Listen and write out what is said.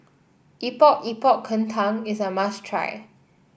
Epok Epok Kentang is a must try